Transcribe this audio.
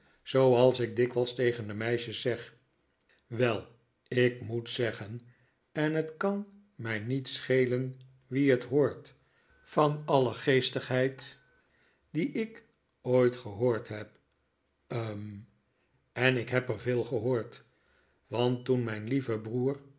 zooals ik dikwijls tegen de meisjes zeg wel ik moet zeggen en het kan mij niet schelen wie het hoort van alle geestigheid die ik ooit gehoord heb hm en ik heb er veel gehoord want toen mijn lieve broer